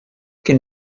can